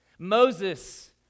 Moses